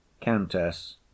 countess